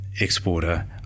exporter